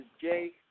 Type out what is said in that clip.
Jay